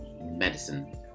medicine